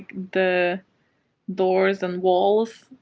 the doors and walls.